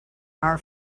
our